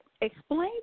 explain